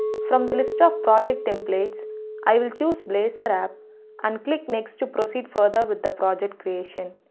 from the list of project templates i will choose blazor app and click next to proceed further with the project creation.